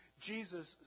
Jesus